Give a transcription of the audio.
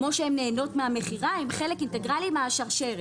כמו שהם נהנים מהמכירה הם חלק אינטגרלי מהשרשרת.